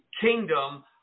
kingdom